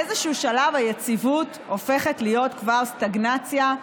באיזשהו שלב היציבות הופכת להיות כבר סטגנציה,